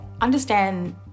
Understand